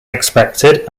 expected